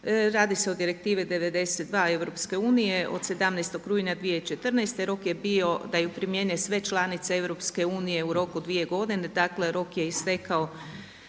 Radi se o Direktivi 92 EU od 17. rujna 2014. Rok je bio da je primijene sve članice EU u roku dvije godine. Dakle, rok je istekao